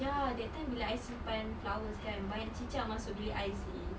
ya that time bila I simpan flowers kan banyak cicak masuk bilik I seh